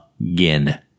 again